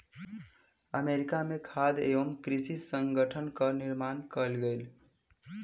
America में खाद्य एवं कृषि संगठनक निर्माण कएल गेल